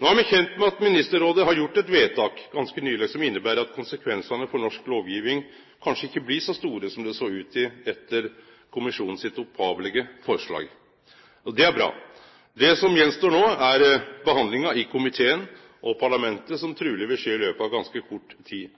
No er me kjende med at Ministerrådet ganske nyleg har gjort eit vedtak som inneber at konsekvensane for norsk lovgjeving kanskje ikkje blir så store som det såg ut til etter kommisjonen sitt opphavlege forslag. Det er bra. Det som gjenstår no, er behandlinga i komiteen og i parlamentet, som truleg vil